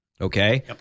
Okay